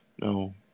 No